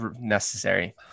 necessary